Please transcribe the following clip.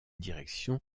direction